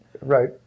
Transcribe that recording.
right